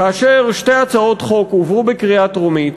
כאשר שתי הצעות חוק הועברו בקריאה טרומית